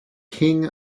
king